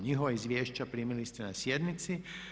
Njihova izvješća primili ste na sjednici.